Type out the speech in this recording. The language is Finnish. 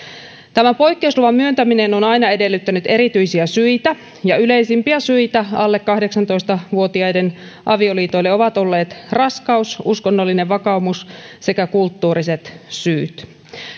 tämän poikkeusluvan myöntäminen on aina edellyttänyt erityisiä syitä ja yleisimpiä syitä alle kahdeksantoista vuotiaiden avioliitoille ovat olleet raskaus uskonnollinen vakaumus sekä kulttuuriset syyt